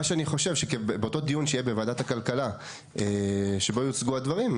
מה שאני חושב שבאותו דיון שיהיה בוועדת הכלכלה שבה יוצגו הדברים,